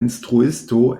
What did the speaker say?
instruisto